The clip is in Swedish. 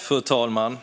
Fru talman!